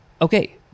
Okay